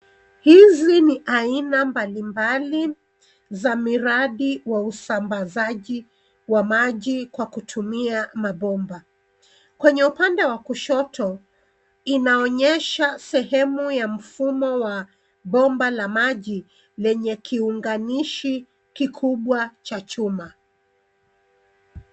Hizi ni aina mbalimbali za miradi wa usambaji wa maji kwa kutumia mabomba. Kwenye upande wa kushoto inaonyesha sehemu ya mfumo wa bomba la maji lenye kiunganishi kikubwa cha chuma.